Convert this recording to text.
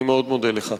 אני מודה לך.